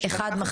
אחד,